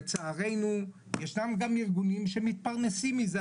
לצערנו ישנם גם ארגונים שמתפרנסים מזה,